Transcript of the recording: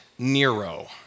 Nero